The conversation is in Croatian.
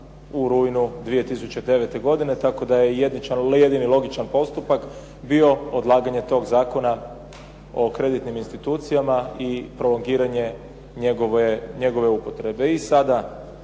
u rujnu 2009. godine tako da je jedini logičan postupak bio odlaganje tog zakona o kreditnim institucijama i prolongiranje njegove upotrebe.